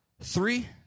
three